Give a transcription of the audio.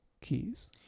keys